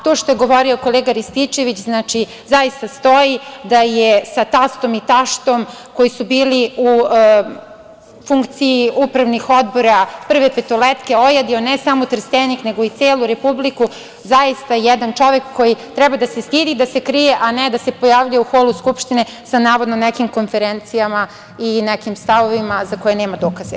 To što je govorio kolega Rističević zaista stoji, da je sa tastom i taštom koji su bili u funkciji upravnih odbora „Prve petoletke“ ojadio ne samo Trstenik, nego i celu Republiku, zaista jedan čovek koji treba da se stidi i da se krije, a ne da se pojavljuje u holu Skupštine sa navodno nekim konferencijama i nekim stavovima za koje nema dokaze.